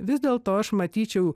vis dėlto aš matyčiau